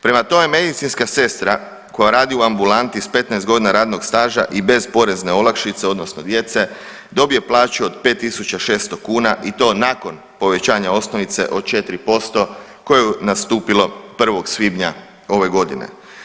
Prema tome, medicinska sestra koja radi u ambulanti s 15 godina radnog staža i bez porezne olakšice odnosno djece dobije plaću od 5.600 kuna i to nakon povećanja osnovice od 4% koje je nastupilo 1. svibnja ove godine.